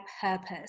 purpose